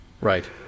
Right